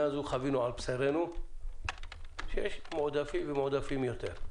חווינו על בשרנו שיש מועדפים ומועדפים יותר.